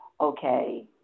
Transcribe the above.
okay